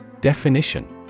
Definition